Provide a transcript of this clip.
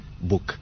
book